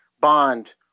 bond